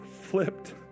flipped